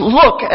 look